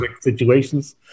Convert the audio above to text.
situations